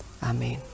Amen